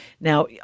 Now